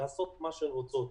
לעשות מה שהן רוצות.